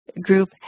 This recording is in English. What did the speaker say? group